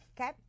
okay